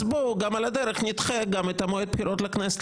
בואו על הדרך גם נדחה את מועד הבחירות לכנסת,